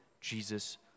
jesus